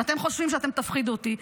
אם אתם חושבים שאתם תפחידו אותי,